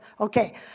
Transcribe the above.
Okay